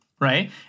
Right